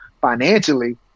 financially